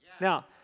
Now